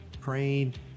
Prayed